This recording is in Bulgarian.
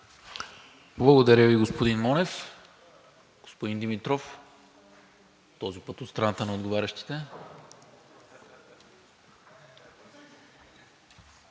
Благодаря Ви, господин Монев. Господин Димитров, този път от страната на отговарящите.